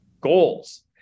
goals